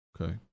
Okay